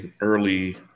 early